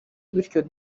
bityo